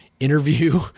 interview